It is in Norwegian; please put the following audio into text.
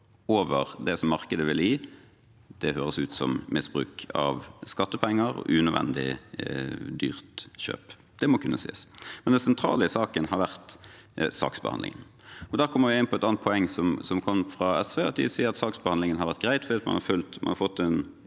over det som markedet ville gitt, høres ut som misbruk av skattepenger og et unødvendig dyrt kjøp. Det må kunne sies. Det sentrale i saken har likevel vært saksbehandlingen, og da kommer vi inn på et annet poeng, som kom fra SV. De sier at saksbehandlingen har vært grei